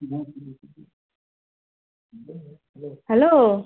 hello